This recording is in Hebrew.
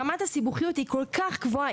רמת הסיבוכיות היא כל כך גבוהה,